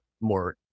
more